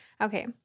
Okay